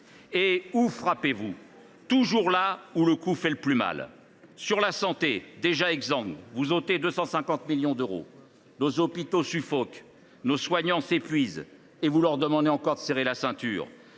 Où frappez vous ? Toujours là où le coup fait le plus mal ! Sur la santé, déjà exsangue, vous ôtez 250 millions d’euros. Nos hôpitaux suffoquent, nos soignants s’épuisent et vous leur demandez de se serrer encore la ceinture.